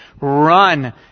run